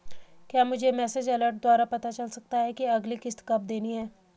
क्या मुझे message alert द्वारा पता चल सकता कि अगली किश्त कब देनी है?